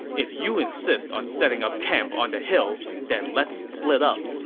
if you insist on setting up camp on the hill, then let's split up,